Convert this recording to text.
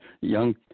young